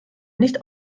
nicht